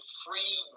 free